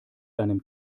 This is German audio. deinem